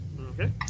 Okay